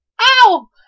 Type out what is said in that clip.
Ow